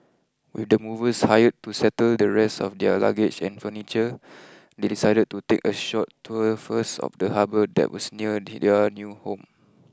with the movers hired to settle the rest of their luggage and furniture they decided to take a short tour first of the harbour that was near their new home